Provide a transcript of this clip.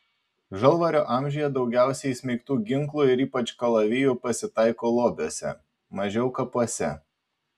žalvario amžiuje daugiausiai įsmeigtų ginklų ir ypač kalavijų pasitaiko lobiuose mažiau kapuose